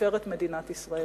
לתפארת מדינת ישראל.